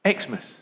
Xmas